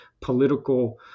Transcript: political